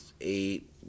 eight